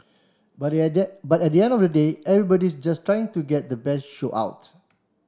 but at the but at the end of the day everybody's just trying to get the best show out